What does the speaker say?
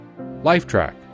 Lifetrack